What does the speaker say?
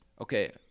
okay